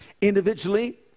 Individually